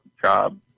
job